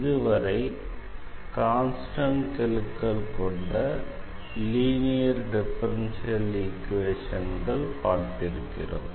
இதுவரை கான்ஸ்டண்ட் கெழுக்கள் கொண்ட லீனியர் டிஃபரன்ஷியல் ஈக்வேஷன்களை பார்த்திருக்கிறோம்